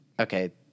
Okay